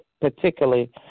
particularly